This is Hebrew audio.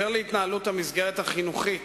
אשר להתנהלות המסגרת החינוכית